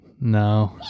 No